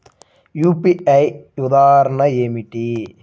UPI ఉదాహరణ ఏమిటి?